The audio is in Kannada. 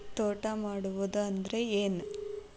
ತೋಟ ಮಾಡುದು ಅಂದ್ರ ಏನ್?